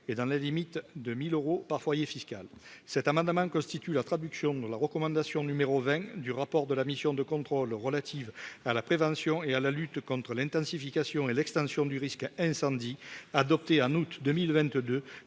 et dans la limite de 1000 euros par foyer fiscal, cet amendement constitue la traduction de la recommandation numéro 20 du rapport de la mission de contrôle relative à la prévention et à la lutte contre l'intensification et l'extension du risque incendie adoptée en août 2022,